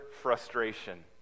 frustration